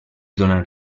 donar